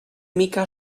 mica